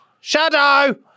shadow